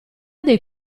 dei